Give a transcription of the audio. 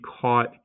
caught